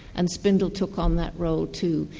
and spindle took on that role too,